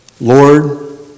Lord